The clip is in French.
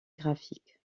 graphique